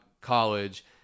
college